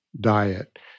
diet